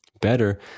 better